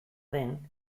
den